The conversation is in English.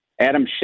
Adam